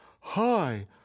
Hi